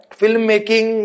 filmmaking